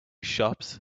shops